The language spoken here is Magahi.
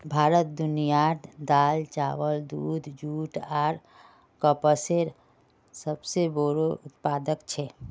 भारत दुनियार दाल, चावल, दूध, जुट आर कपसेर सबसे बोड़ो उत्पादक छे